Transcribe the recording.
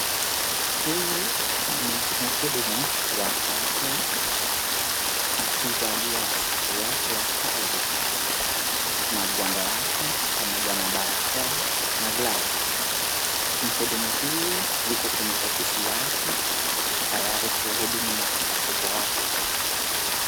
Huyu ni mhudumu wa afya akivalia sare yake ya kazi ,magwanda yake pamoja na barakoa na glavu , mhudumu huyu yuko kwenye ofisi yake tayari kuwahudumia wateja wake.